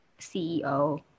CEO